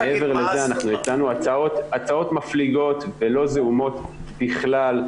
מעבר לזה אנחנו הצענו הצעות מפליגות ולא זעומות בכלל,